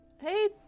Hey